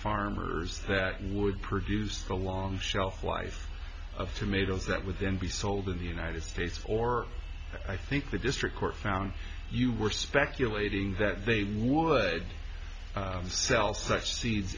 farmers that would produce a long shelf life of tomatoes that with them be sold in the united states or i think the district court found you were speculating that they would sell such seeds